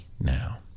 now